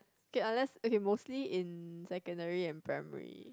okay unless okay mostly in secondary and primary